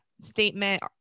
statement